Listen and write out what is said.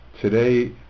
Today